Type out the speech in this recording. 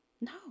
No